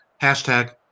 Hashtag